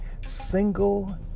single